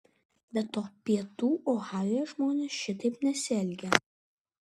be to pietų ohajuje žmonės šitaip nesielgia